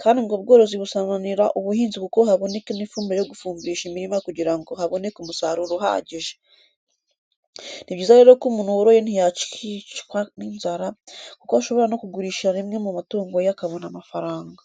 kandi ubwo bworozi busananira ubuhinzi kuko haboneka n'ifumbire yo gufumbirisha imirima kugira ngo haboneke umusaruro uhagije. Ni byiza rero kuko umuntu woroye ntiyakwicwa n'inzara kuko ashobora no kugurisha rimwe mu matungo ye akabona amafaranga.